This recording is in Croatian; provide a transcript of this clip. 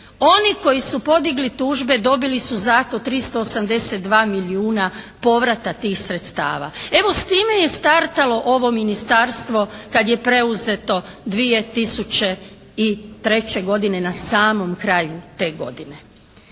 Oni koji su podigli tužbe dobili su za to 382 milijuna povrata tih sredstava. Evo s time je startalo ovo Ministarstvo kad je preuzeto 2003. godine na samom kraju te godine.